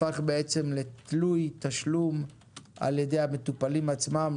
הפך בעצם לתלוי תשלום על-ידי המטופלים עצמם.